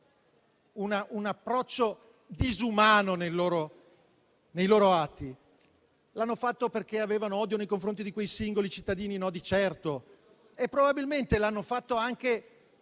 un approccio disumano nei loro atti? L'hanno fatto perché avevano odio nei confronti di quei singoli cittadini? No, di certo. Probabilmente l'hanno fatto anche